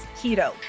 keto